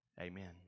Amen